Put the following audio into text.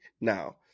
now